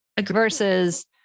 Versus